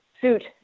suit